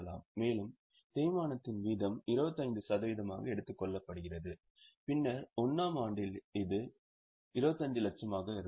மேலும் தேய்மானத்தின் வீதம் 25 சதவீதமாக எடுத்துக் கொள்ளப்படுகிறது பின்னர் 1 ஆம் ஆண்டில் இது 25 லட்சமாக இருக்கும்